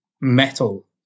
metal